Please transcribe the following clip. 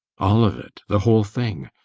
all of it the whole thing.